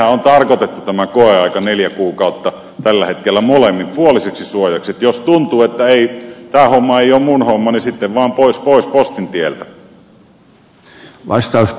tämä neljän kuukauden koeaikahan on tarkoitettu tällä hetkellä molemminpuoliseksi suojaksi että jos tuntuu että tämä homma ei ole mun homma niin sitten vaan pois pois postin tieltä